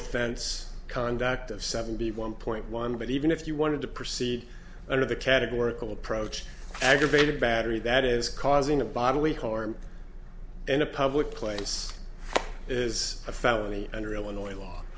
offense conduct of seventy one point one but even if you wanted to proceed under the categorical approach aggravated battery that is causing a bodily harm in a public place is a felony under illinois l